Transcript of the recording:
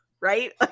right